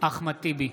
אחמד טיבי,